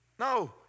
No